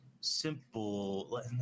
simple